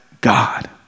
God